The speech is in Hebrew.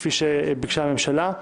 כפי שביקשה הממשלה.